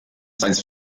science